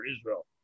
Israel